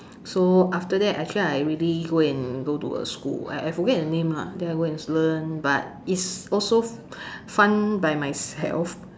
so after that actually I really go and go to a school I I forget the name lah then I go and learn but it's also fun by myself